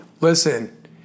Listen